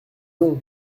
non